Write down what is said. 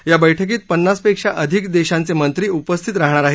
या बैठकीत पन्नासपेक्षा अधिक देशांचे मंत्री उपस्थित राहणार आहेत